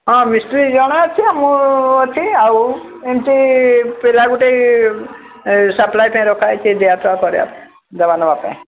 ହଁ ମିସ୍ତ୍ରି ଜଣେ ଅଛି ଆଉ ମୁଁ ଅଛି ଆଉ ଏମତି ପିଲା ଗୋଟେ ସପ୍ଲାଏ ପାଇଁ ରଖାହୋଇଛି ଦିଆ ଫିଆ କରିଆ ପାଇଁ ଦବା ନବା ପାଇଁ